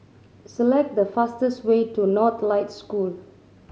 select the fastest way to Northlight School